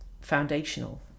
foundational